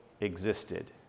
existed